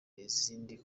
izindi